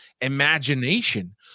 imagination